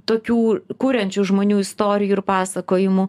tokių kuriančių žmonių istorijų ir pasakojimų